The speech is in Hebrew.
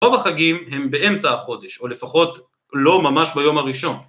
‫רוב החגים הם באמצע החודש, ‫או לפחות לא ממש ביום הראשון.